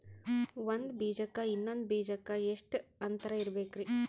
ಒಂದ್ ಬೀಜಕ್ಕ ಇನ್ನೊಂದು ಬೀಜಕ್ಕ ಎಷ್ಟ್ ಅಂತರ ಇರಬೇಕ್ರಿ?